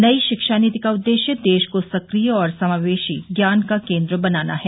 नई शिक्षा नीति का उद्देश्य देश को सक्रिय और समावेशी ज्ञान का केन्द्र बनाना है